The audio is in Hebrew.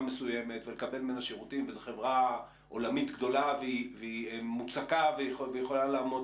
מסוימת ולקבל ממנה שירותים וזו חברה עולמית גדולה ומוצקה והיא יכולה לעמוד